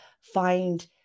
find